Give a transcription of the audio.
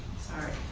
sorry.